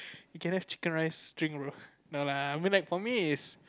can I have chicken rice string bro no lah I'm gonna like for me is